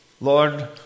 Lord